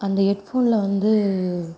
அந்த ஹெட்ஃபோன்ல வந்து